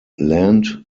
land